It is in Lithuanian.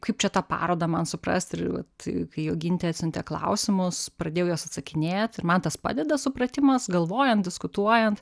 kaip čia tą parodą man suprast ir vat kai jogintė atsiuntė klausimus pradėjau juos atsakinėt ir man tas padeda supratimas galvojant diskutuojant